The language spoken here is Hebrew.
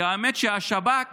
כי האמת היא שהשב"כ